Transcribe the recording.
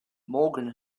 morgan